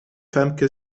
femke